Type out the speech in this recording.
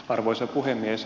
arvoisa puhemies